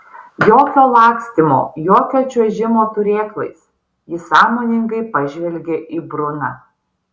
jokio lakstymo jokio čiuožimo turėklais jis sąmoningai pažvelgė į bruną